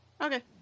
Okay